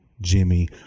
Jimmy